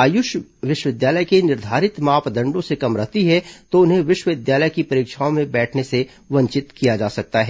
आयुष विश्वविद्यालय के निर्धारित मापदंडों से कम रहती है तो उन्हें विश्वविद्यालय की परीक्षाओं में बैठने से वंचित किया जा सकता है